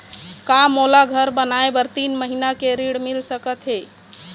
का मोला घर बनाए बर तीन महीना के लिए ऋण मिल सकत हे?